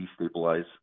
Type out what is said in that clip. destabilize